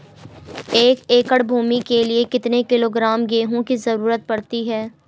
एक एकड़ भूमि के लिए कितने किलोग्राम गेहूँ की जरूरत पड़ती है?